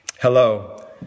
hello